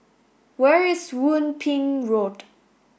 where is Yung Ping Road